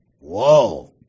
Whoa